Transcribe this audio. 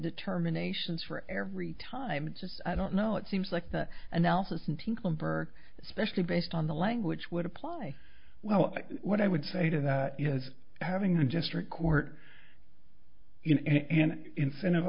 determinations for every time it's just i don't know it seems like the analysis and team clipper specially based on the language would apply well what i would say to that is having a district court in an incentive